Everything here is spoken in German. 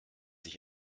ich